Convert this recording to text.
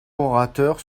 orateurs